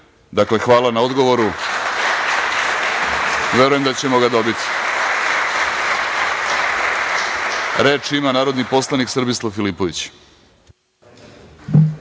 hvala na odgovoru, verujem da ćemo ga dobiti. Reč ima narodni poslanik Srbislav Filipović.